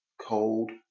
Cold